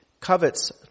covets